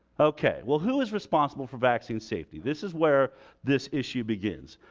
okay, well, who is responsible for vaccine safety? this is where this issue begins.